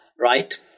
right